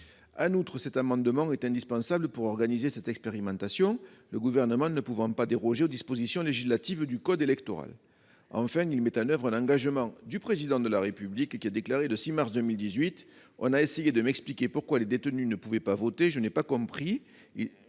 Le vote de cet amendement est indispensable pour organiser une telle expérimentation, le Gouvernement ne pouvant pas déroger aux dispositions législatives du code électoral. Nous mettrions ainsi en oeuvre un engagement du Président de la République, pris dans sa déclaration du 6 mars 2018 :«[...] On a essayé de m'expliquer pourquoi des détenus ne pouvaient pas voter, je n'ai pas compris.